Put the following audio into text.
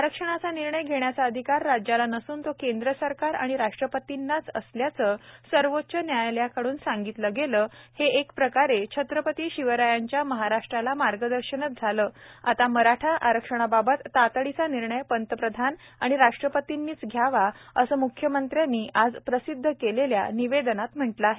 आरक्षणाचा निर्णय घेण्याचा अधिकार राज्याला नसून तो केंद्र सरकार आणि राष्ट्रपतींनाच असल्याचं सर्वोच्च न्यायालयाकडून सांगितलं गेलं हे एक प्रकारे छत्रपती शिवरायांच्या महाराष्ट्राला मार्गदर्शनच झालं आता मराठा आरक्षणाबाबत तातडीचा निर्णय पंतप्रधानआणि राष्ट्रपतींनीच घ्यावा असं म्ख्यमंत्र्यांनी आज प्रसिद्ध केलेल्या निवेदनात म्हटलं आहे